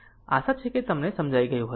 આશા છે કે તે સમજઈ ગયું હશે